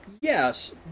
Yes